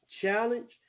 challenge